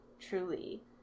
Truly